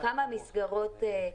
כמה מסגרות יש,